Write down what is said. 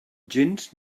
gens